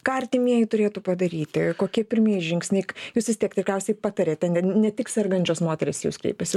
ką artimieji turėtų padaryti kokie pirmieji žingsniai jūs vis tiek tikriausiai patariate ne tik sergančios moterys į jus kreipiasi